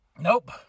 Nope